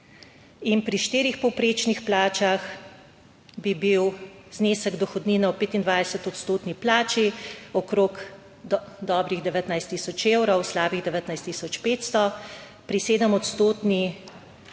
pri štirih povprečnih plačah bi bil znesek dohodnine ob 25 odstotni plači okrog, dobrih 19 tisoč evrov, slabih 19 tisoč 500 pri sedem odstotni.